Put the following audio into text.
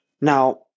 Now